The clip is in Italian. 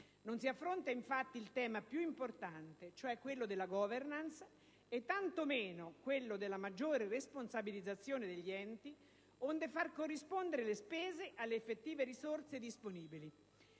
Non si affronta, infatti, il tema più importante, quello della *governance*, e tanto meno quello della maggiore responsabilizzazione degli enti, onde far corrispondere le spese alle effettive risorse disponibili,